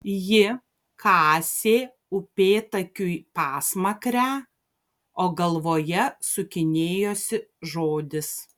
ji kasė upėtakiui pasmakrę o galvoje sukinėjosi žodis